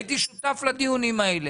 הייתי שותף לדיונים האלה.